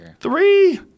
Three